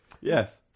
Yes